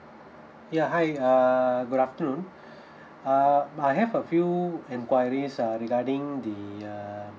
ya hi err good afternoon uh I have a few enquiries uh regarding the uh